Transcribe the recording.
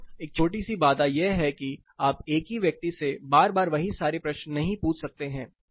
लेकिन एक छोटी सी बाधा यह है कि आप एक ही व्यक्ति से बार बार वही सारे प्रश्न नहीं पूछ सकते हैं